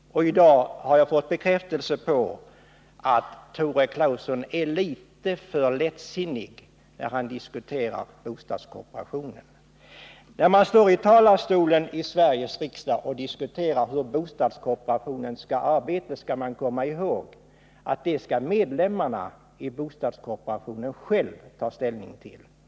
I dag har jag fått bekräftelse på att Tore Claeson är litet för lättsinnig när han diskuterar bostadskooperationen. Han står i talarstolen i Sveriges riksdag och diskuterar hur bostadskooperationen skall arbeta. Men man skall komma ihåg att det skall medlemmarna i bostadskooperationen själva ta ställning till.